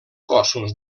cossos